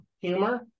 humor